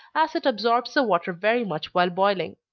as it absorbs the water very much while boiling.